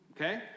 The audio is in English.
okay